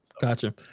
Gotcha